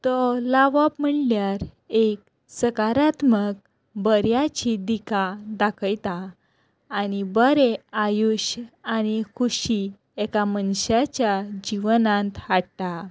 तो लावप म्हणल्यार एक सकारात्मक बऱ्याची दिका दाखयता आनी बरें आयुश्य आनी खुशी एका मनशाच्या जिवनांत हाडटा